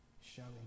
showing